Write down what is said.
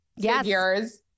figures